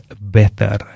better